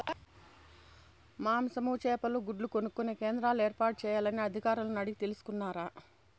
మాంసము, చేపలు, గుడ్లు కొనుక్కొనే కేంద్రాలు ఏర్పాటు చేయాలని అధికారులను అడిగి తెలుసుకున్నారా?